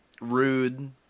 rude